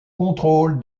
contrôle